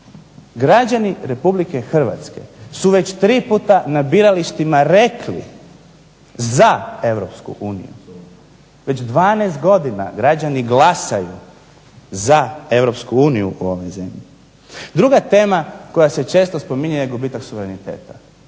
Građani Republike Hrvatske su već tri puta na biralištima rekli za Europsku uniju, već 12 godina građani glasaju za Europsku uniju u ovoj zemlji. Druga tema koja se često spominje je gubitak suvereniteta.